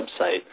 website